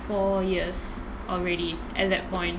four years already at that point